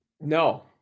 No